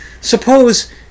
Suppose